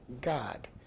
God